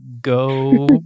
go